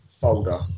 folder